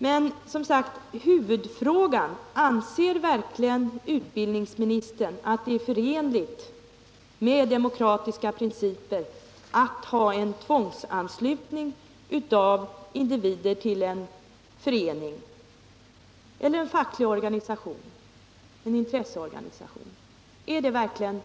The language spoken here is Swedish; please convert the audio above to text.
15 Men tillbaka till huvudfrågan: Anser verkligen utbildningsministern att det är förenligt med demokratiska principer att ha en tvångsanslutning av individer till en förening, en facklig organisation eller en intresseorganisation? Är tvångsanslutning något